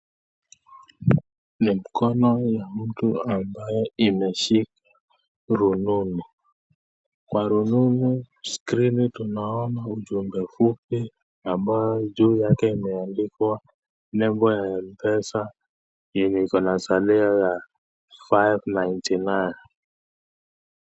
Ni mkono ya mtu, ambayo imeshika rununu. Kwa rununu, skrini tunaona ujumbe fupi ambayo juu yake imeandikwa nembo ya m-pesa yenye iko na salio ya five ninety nine .